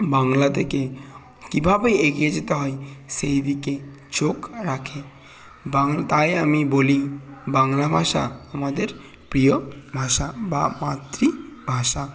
বাংলা থেকে কীভাবে এগিয়ে যেতে হয় সেই দিকে চোখ রাখে তাই আমি বলি বাংলা ভাষা আমাদের প্রিয় ভাষা বা মাতৃভাষা